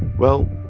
well,